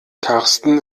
karsten